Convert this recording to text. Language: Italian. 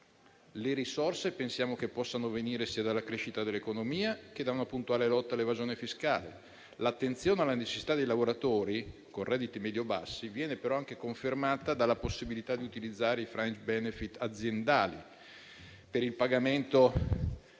le risorse possano venire sia dalla crescita dell'economia che da una puntuale lotta all'evasione fiscale. L'attenzione alla necessità dei lavoratori con redditi medio bassi viene però anche confermata dalla possibilità di utilizzare i *fringe benefit* aziendali per il pagamento